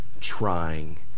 trying